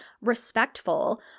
respectful